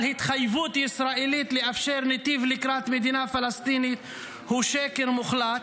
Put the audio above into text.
התחייבות ישראלית לאפשר נתיב לקראת מדינה פלסטינית הוא שקר מוחלט.